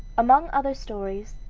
among other stories,